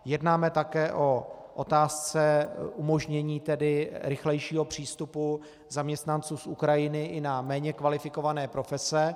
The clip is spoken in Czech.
Jednáme také o otázce umožnění rychlejšího přístupu zaměstnanců z Ukrajiny i na méně kvalifikované profese.